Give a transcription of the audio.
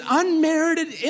unmerited